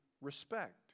respect